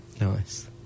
Nice